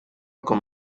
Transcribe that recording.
com